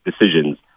decisions